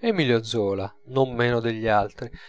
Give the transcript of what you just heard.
emilio zola non men degli altri